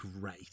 great